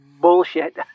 bullshit